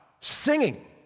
singing